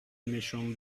méchante